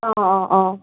অ' অ' অ'